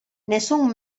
nessun